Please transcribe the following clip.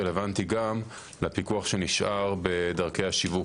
רלוונטי גם לפיקוח שנשאר בדרכי השיווק.